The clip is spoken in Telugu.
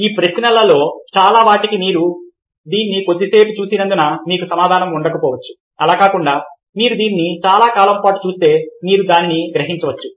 ఈ ప్రశ్నలలో చాలా వాటికి మీరు దీన్ని కొద్దిసేపు చూసినందున మీకు సమాధానం ఉండకపోవచ్చు అలా కాకుండా మీరు దీన్ని చాలా కాలం పాటు చూస్తే మీరు దానిని గ్రహించవచ్చు